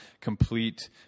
complete